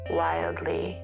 wildly